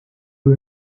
you